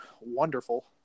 Wonderful